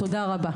תודה רבה.